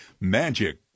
Magic